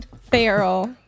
Feral